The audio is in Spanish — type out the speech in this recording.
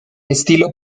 estilo